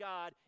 God